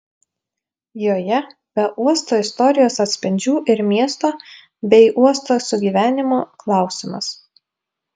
joje be uosto istorijos atspindžių ir miesto bei uosto sugyvenimo klausimas